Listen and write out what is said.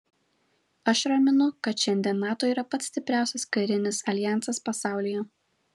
aš raminu kad šiandien nato yra pats stipriausias karinis aljansas pasaulyje